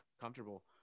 comfortable